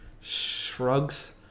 Shrugs